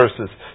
verses